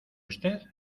usted